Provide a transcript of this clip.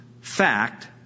fact